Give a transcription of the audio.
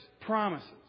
promises